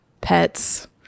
pets